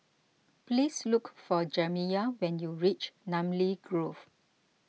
please look for Jamiya when you reach Namly Grove